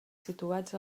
situats